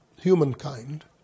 humankind